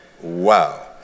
Wow